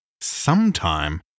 sometime